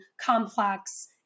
complex